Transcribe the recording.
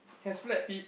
has flat feet